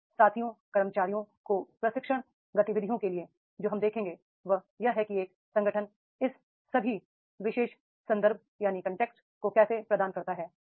अब साथियों कर्मचारियों को प्रशिक्षण गतिविधियों के लिए जो हम देखेंगे वह यह है कि एक संगठन इस सभी विशेष कनटेक्स्ट को कैसे प्रदान करता है